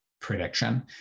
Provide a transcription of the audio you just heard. prediction